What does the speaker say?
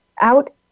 out